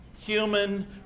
human